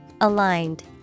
Aligned